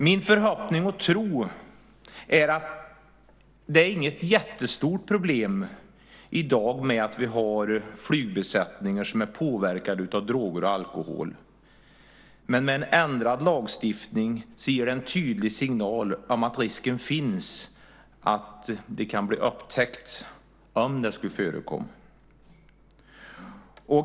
Min förhoppning och tro är att det inte är något jättestort problem i dag med flygbesättningar som är påverkade av droger och alkohol. Men en ändrad lagstiftning ger en tydlig signal om att risken finns att de kan bli upptäckta om det skulle förekomma.